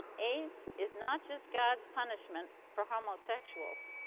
aids is not just god's punishment for homosexuals,